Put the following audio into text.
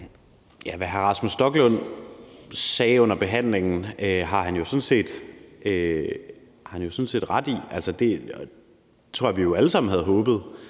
Hvad hr. Rasmus Stoklund sagde under behandlingen, har han jo sådan set ret i. Det tror jeg jo vi alle sammen havde håbet,